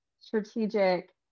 strategic